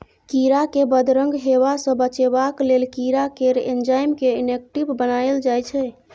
कीरा केँ बदरंग हेबा सँ बचेबाक लेल कीरा केर एंजाइम केँ इनेक्टिब बनाएल जाइ छै